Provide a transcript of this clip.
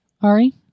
Ari